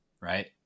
right